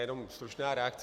Já jenom stručná reakce.